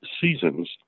seasons